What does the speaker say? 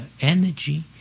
energy